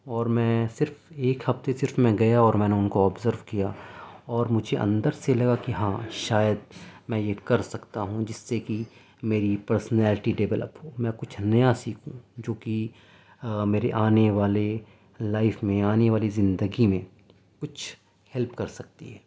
اور میں صرف ایک ہفتے صرف میں گیا اور میں نے ان کو اوبزرو کیا اور مجھے اندر سے لگا کہ ہاں شاید میں یہ کر سکتا ہوں جس سے کہ میری پرسنالیٹی ڈیولپ ہو میں کچھ نیا سیکھوں جوکہ میرے آنے والے لائف میں آنے والی زندگی میں کچھ ہیلپ کر سکتی ہے